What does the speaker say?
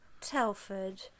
Telford